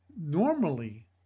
normally